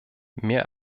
mehr